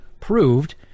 Proved